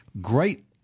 Great